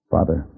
Father